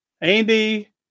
Andy